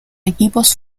equipos